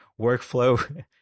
workflow